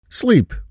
Sleep